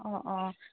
অঁ অঁ